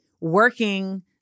working